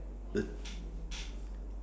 the